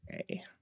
okay